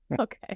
Okay